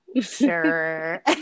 Sure